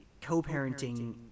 co-parenting